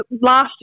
last